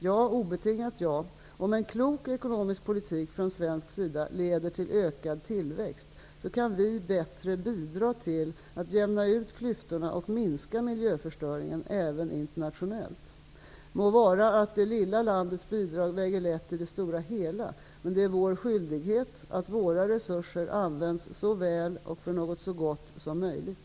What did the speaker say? Ja, obetingat ja: Om en klok ekonomisk politik från svensk sida leder till ökad tillväxt kan vi bättre bidra till att jämna ut klyftorna och minska miljöförstöringen, även internationellt. Må vara att det lilla landets bidrag väger lätt i det stora hela, men det är vår skyldighet att våra resurser används så väl och för något så gott som möjligt.